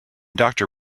doctor